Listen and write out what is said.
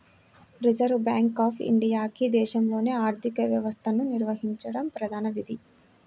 reserve Bank of ఇండియాకి దేశంలోని ఆర్థిక వ్యవస్థను నిర్వహించడం ప్రధాన విధి